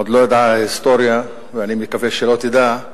עוד לא ידעה ההיסטוריה, ואני מקווה שלא תדע,